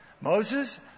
Moses